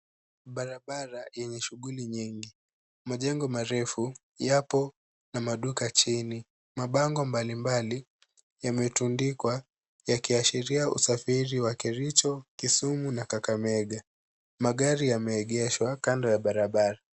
Barabara yenye shughuli nyingi. Majengo marefu yapo na maduka chini. Mabango mbalimbali yametundikwa yakiashiria usafiri wa Kericho, Kisumu na Kakamega. Magari yameegeshwa kando ya barabara.